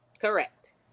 Correct